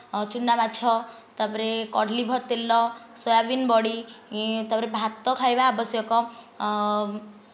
ଚୁନାମାଛ ତା'ପରେ କର୍ଡ଼ଲିଭର ତେଲ ସୋୟାବିନ ବଡ଼ି ତା'ପରେ ଭାତ ଖାଇବା ଆବଶ୍ୟକ